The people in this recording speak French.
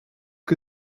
que